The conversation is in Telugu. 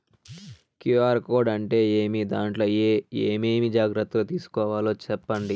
క్యు.ఆర్ కోడ్ అంటే ఏమి? దాంట్లో ఏ ఏమేమి జాగ్రత్తలు తీసుకోవాలో సెప్పండి?